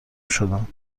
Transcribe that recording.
شدم